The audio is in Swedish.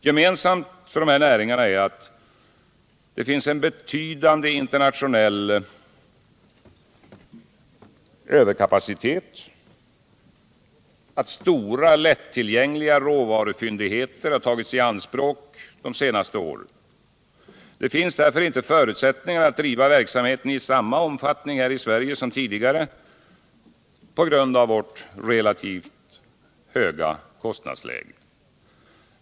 Gemensamt för dessa näringar är att det finns en betydande internationell överkapacitet och att stora lättillgängliga råvarufyndigheter tagits i anspråk de senaste åren. Det finns därför inte förutsättningar att driva verksamheten i samma omfattning i Sverige som tidigare med vårt relativt höga kostnadsläge.